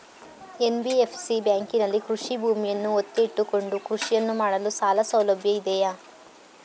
NBFC ಬ್ಯಾಂಕಿನಲ್ಲಿ ಕೃಷಿ ಭೂಮಿಯನ್ನು ಒತ್ತೆ ಇಟ್ಟುಕೊಂಡು ಕೃಷಿಯನ್ನು ಮಾಡಲು ಸಾಲಸೌಲಭ್ಯ ಇದೆಯಾ?